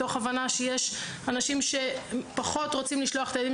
מתוך הבנה שיש אנשים שפחות רוצים לשלוח את הילדים